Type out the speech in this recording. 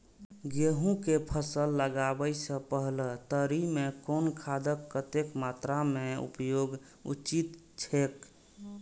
गेहूं के फसल लगाबे से पेहले तरी में कुन खादक कतेक मात्रा में उपयोग उचित छेक?